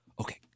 Okay